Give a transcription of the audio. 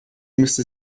müsste